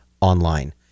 online